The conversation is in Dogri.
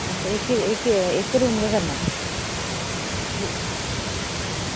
अच्छा एह्के रूम गै करना